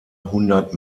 hundert